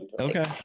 Okay